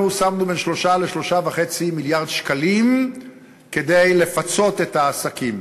אנחנו שמנו בין 3 ל-3.5 מיליארד שקלים כדי לפצות את העסקים.